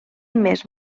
més